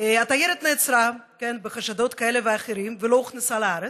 התיירת נעצרה בחשדות כאלה ואחרים ולא הוכנסה לארץ,